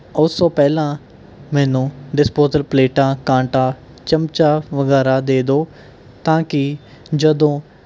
ਉਸ ਤੋਂ ਪਹਿਲਾਂ ਮੈਨੂੰ ਡਿਸਪੋਸਲ ਪਲੇਟਾਂ ਕਾਂਟਾ ਚਮਚਾ ਵਗੈਰਾ ਦੇ ਦੋ ਤਾਂ ਕੀ ਜਦੋਂ